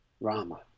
Rama